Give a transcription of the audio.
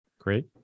Great